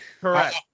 correct